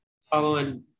following